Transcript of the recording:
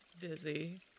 busy